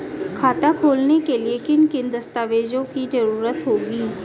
खाता खोलने के लिए किन किन दस्तावेजों की जरूरत होगी?